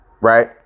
right